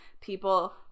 people